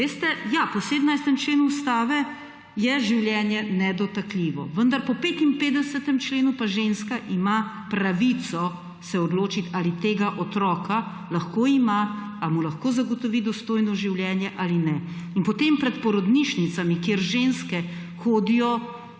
Veste, ja, po 17. členu Ustave je življenje nedotakljivo, vendar po 55. členu pa ženska ima pravico se odločiti, ali tega otroka lahko ima, ali mu lahko zagotovi dostojno življenje ali ne. In potem pred porodnišnicami, kamor ženske hodijo